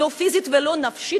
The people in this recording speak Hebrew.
לא פיזית ולא נפשית,